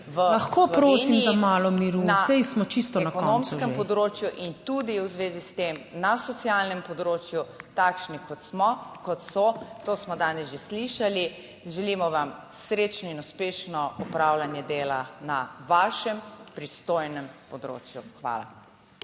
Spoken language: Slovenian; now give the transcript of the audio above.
(PS Svoboda):** …ekonomskem področju in tudi v zvezi s tem na socialnem področju takšni kot smo, kot so, to smo danes že slišali. Želimo vam srečno in uspešno opravljanje dela na vašem pristojnem področju. Hvala.